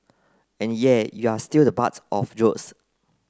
and yep you are still the butt of jokes